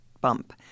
bump